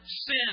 sin